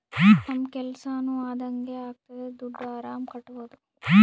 ನಮ್ ಕೆಲ್ಸನೂ ಅದಂಗೆ ಆಗ್ತದೆ ದುಡ್ಡು ಆರಾಮ್ ಕಟ್ಬೋದೂ